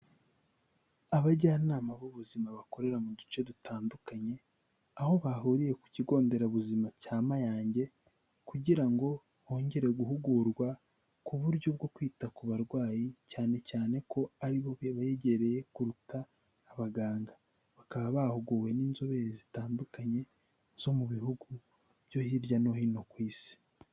Abajyanama b'ubuzima bakorera mu duce dutandukanye aho bahuriye ku kigo nderabuzima cya Mayange kugira ngo bongere guhugurwa ku buryo bwo kwita ku barwayi cyane cyane ko ari bo bibegereye kuruta abaganga, bakaba bahuguwe n'inzobere zitandukanye zo mu bihugu byo hirya no hino ku Isi.